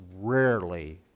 rarely